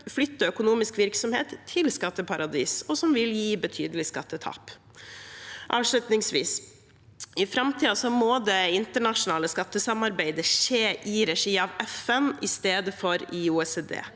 flytte økonomisk virksomhet til skatteparadis, og som vil gi betydelige skattetap. Avslutningsvis: I framtiden må det internasjonale skattesamarbeidet skje i regi av FN istedenfor i OECD.